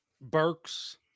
Burks